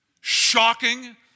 shocking